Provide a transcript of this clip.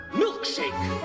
milkshake